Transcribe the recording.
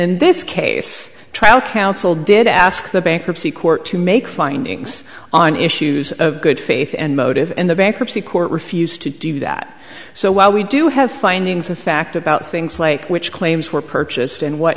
in this case trial counsel did ask the bankruptcy court to make findings on issues of good faith and motive in the bankruptcy court refused to do that so while we do have findings of fact about things like which claims were purchased and what